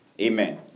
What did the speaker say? Amen